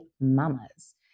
mamas